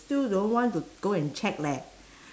still don't want to go and check leh